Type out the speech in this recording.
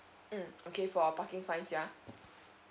mm okay for a parking fines ya